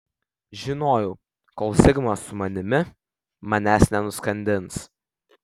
žinojau kol zigmas su manimi manęs nenuskandins